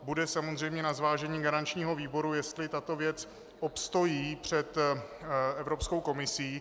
Bude samozřejmě na zvážení garančního výboru, jestli tato věc obstojí před Evropskou komisí.